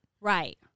Right